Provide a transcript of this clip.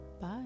Bye